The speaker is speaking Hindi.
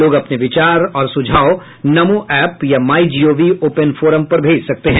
लोग अपने विचार और सुझाव नमो ऐप या माई जीओवी ओपन फोरम पर भेज सकते हैं